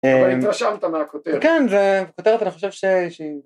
אמממ... אבל התרשמת מהכותרת כן, ו... הכותרת אני חושב ש... שהיא